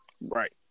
Right